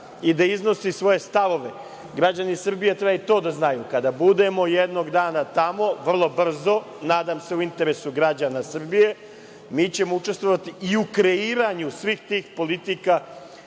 i da iznosi svoje stavove. Građani Srbije treba i to da znaju, kada budemo jednog dana tamo, vrlo brzo, nadam se u interesu građana Srbije, mi ćemo učestovati i u kreiranju svih tih politika